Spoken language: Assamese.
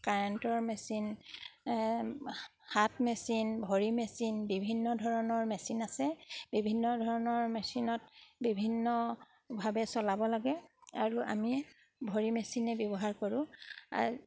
কাৰেণ্টৰ মেচিন হাত মেচিন ভৰি মেচিন বিভিন্ন ধৰণৰ মেচিন আছে বিভিন্ন ধৰণৰ মেচিনত বিভিন্নভাৱে চলাব লাগে আৰু আমি ভৰি মেচিনে ব্যৱহাৰ কৰোঁ